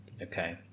Okay